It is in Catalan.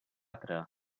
teatre